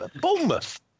Bournemouth